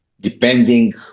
depending